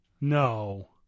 No